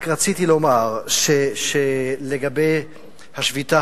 רק רציתי לומר, לגבי השביתה